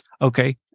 Okay